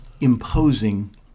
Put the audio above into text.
imposing